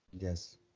yes